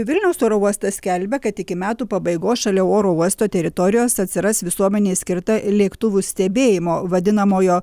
vilniaus oro uostas skelbia kad iki metų pabaigos šalia oro uosto teritorijos atsiras visuomenei skirta lėktuvų stebėjimo vadinamojo